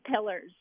pillars